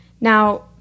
Now